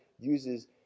uses